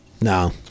No